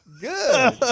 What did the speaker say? Good